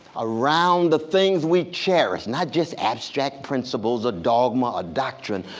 around the things we cherish. not just abstract principles, a dogma, a doctrine.